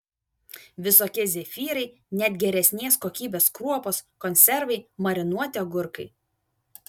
visokie zefyrai net geresnės kokybės kruopos konservai marinuoti agurkai